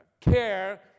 care